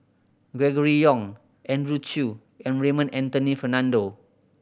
Gregory Yong Andrew Chew and Raymond Anthony Fernando